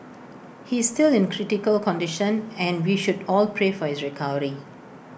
he's still in critical condition and we should all pray for his recovery